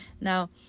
Now